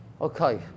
Okay